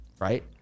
right